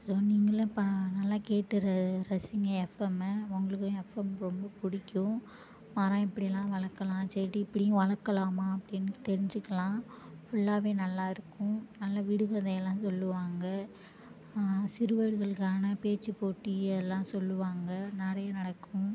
so நீங்களும் ப நல்லா கேட்டு ர ரசிங்க எஃப்எம்மை உங்களுக்கும் எஃப்எம் ரொம்ப பிடிக்கும் மரம் எப்படியெல்லாம் வளர்க்கலாம் செடி இப்படியும் வளர்க்கலாமா அப்படின் தெரிஞ்சிக்கலாம் ஃபுல்லாகவே நல்லாயிருக்கும் நல்ல விடுகதையெல்லாம் சொல்லுவாங்க சிறுவர்களுக்கான பேச்சு போட்டி எல்லாம் சொல்லுவாங்க நிறைய நடக்கும்